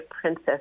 princess